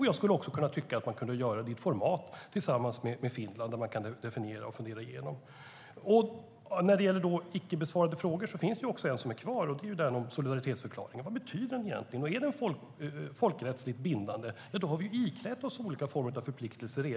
Jag tycker att man också skulle kunna göra det i ett format tillsammans med Finland så att man kan definiera och fundera igenom. Vad gäller icke besvarade frågor finns det en kvar, och det är den om solidaritetsförklaringen. Vad betyder den egentligen? Om den är folkrättsligt bindande har vi redan iklätt oss olika former av förpliktelser.